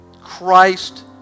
Christ